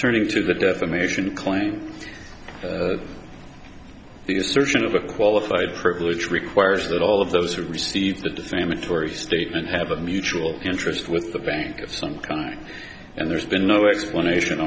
turning to the defamation claim the assertion of a qualified privilege requires that all of those who received the defamatory statement have a mutual interest with the bank of some kind and there's been no explanation